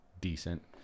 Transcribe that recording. decent